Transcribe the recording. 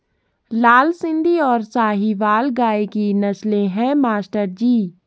लाल सिंधी और साहिवाल गाय की नस्लें हैं मास्टर जी